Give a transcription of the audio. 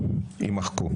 נמנעים.